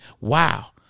wow